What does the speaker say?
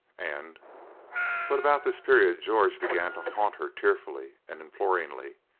and but about this period george began to haunt her tearfully and imploringly,